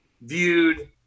viewed